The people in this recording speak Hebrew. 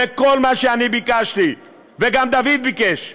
וכל מה שביקשתי, וגם דוד ביקש: